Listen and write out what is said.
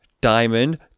Diamond